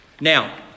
Now